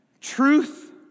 Truth